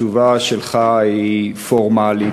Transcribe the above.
התשובה שלך היא פורמלית,